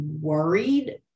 worried